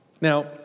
Now